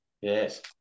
Yes